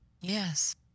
Yes